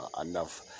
enough